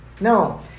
no